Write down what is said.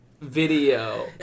video